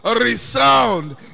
resound